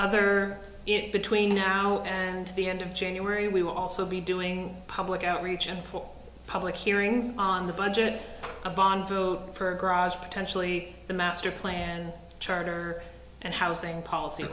other it between now and the end of january we will also be doing public outreach and for public hearings on the budget a bond vote per garage potentially the master plan charter and housing policy